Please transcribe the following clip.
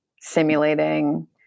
simulating